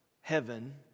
heaven